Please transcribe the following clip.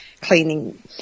cleaning